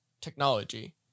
technology